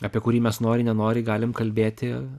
apie kurį mes nori nenori galim kalbėti